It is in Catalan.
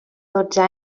dotze